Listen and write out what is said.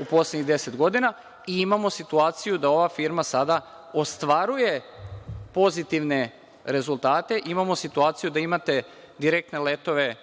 u poslednjih 10 godina i imamo situaciju da ova firma sada ostvaruje pozitivne rezultate. Imamo situaciju da imate direktne letove